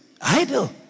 Idle